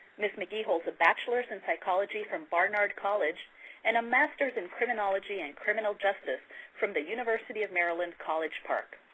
ms. mcgee holds a bachelor's in psychology from barnard college and a master's in criminology and criminal justice from the university of maryland, college park.